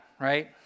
right